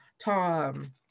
Tom